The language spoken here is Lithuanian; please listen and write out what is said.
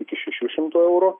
iki šešių šimtų eurų